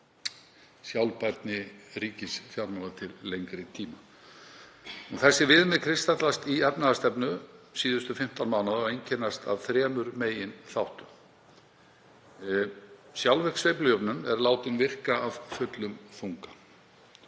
sjálfbærni ríkisfjármálanna til lengri tíma. Þessi viðmið kristallast í efnahagsstefnu síðustu 15 mánaða og einkennast af þremur meginþáttum: Sjálfvirk sveiflujöfnun er látin virka af fullum þunga,